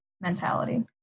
mentality